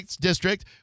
District